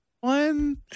One